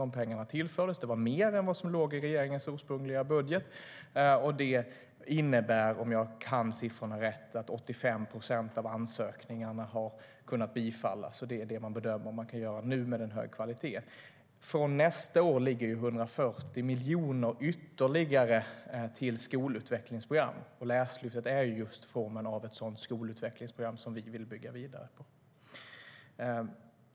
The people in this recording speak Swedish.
De pengarna tillfördes. Det var mer än vad som låg i regeringens ursprungliga budget. Om jag kan siffrorna rätt innebär det att 85 procent av ansökningarna har kunnat bifallas. Det är vad man bedömer att man kan göra nu med en hög kvalitet. Från och med nästa år ligger ytterligare 140 miljoner för skolutvecklingsprogram. Läslyftet har formen av just ett sådant skolutvecklingsprogram som vi vill bygga vidare på.